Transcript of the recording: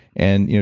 and, you know